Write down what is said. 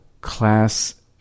class